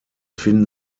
finden